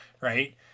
right